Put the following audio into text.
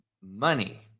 money